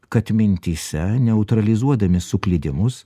kad mintyse neutralizuodami suklydimus